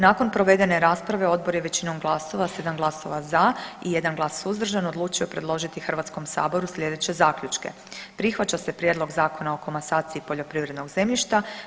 Nakon provedene rasprave odbor je većinom glasova 7 glasova za i 1 glas suzdržan odlučio predložiti Hrvatskom saboru sljedeće zaključke: Prihvaća se prijedlog zakona o komasaciji poljoprivrednog zemljišta.